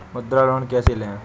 मुद्रा लोन कैसे ले?